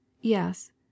yes